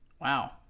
Wow